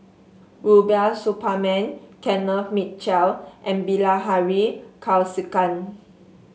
Rubiah Suparman Kenneth Mitchell and Bilahari Kausikan